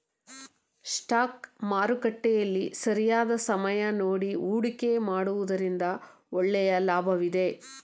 stock ಮಾರುಕಟ್ಟೆಯಲ್ಲಿ ಸರಿಯಾದ ಸಮಯ ನೋಡಿ ಹೂಡಿಕೆ ಮಾಡುವುದರಿಂದ ಒಳ್ಳೆಯ ಲಾಭವಿದೆ